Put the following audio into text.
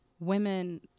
Women